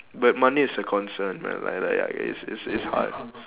but money is a concern ah like like I guess it's it's hard